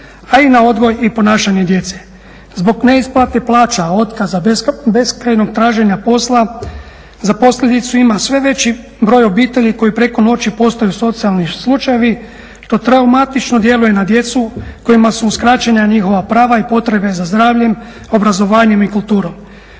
a i na odgoj i ponašanje djece. Zbog neisplate plaća, otkaza, beskrajnog traženja posla za posljedicu ima sve veći broj obitelji koji preko noći postaju socijalni slučajevi. To traumatično djeluje na djecu koji8ma su uskraćena njihova prava i potrebe za zdravljem, obrazovanjem i kulturom.